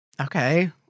Okay